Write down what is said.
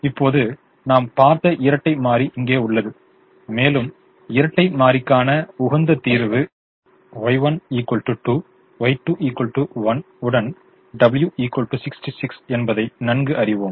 இப்போது நாம் பார்த்த இரட்டை மாறி இங்கே உள்ளது மேலும் இரட்டை மாறிக்கான உகந்த தீர்வு Y1 2 Y2 1 உடன் W 66 என்பதை நன்கு அறிவோம்